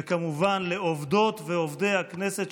וכמובן לעובדות ועובדי הכנסת,